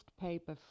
paper